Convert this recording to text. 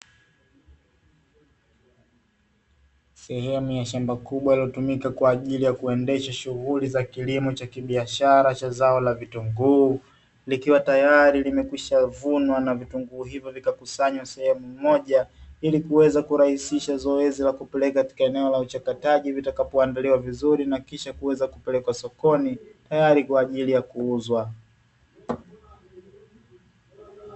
Sehemu ya shamba kubwa linalotumika kwa ajili ya kuendesha shughuli za kilimo cha kibiashara cha zao la vitunguu. Likiwa tayari limekwishavunwa na vitunguu hivyo vikakusanywa sehemu moja, ili kuweza kurahisisha zoezi la kupeleka katika eneo la uchakataji vitakapoandaliwa vizuri, na kisha kuweza kupelekwa sokoni tayari kwa ajili ya kuuzwa.